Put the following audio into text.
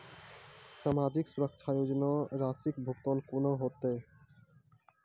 समाजिक सुरक्षा योजना राशिक भुगतान कूना हेतै?